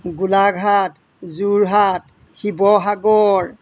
Golaghat Jorhat Sivasagar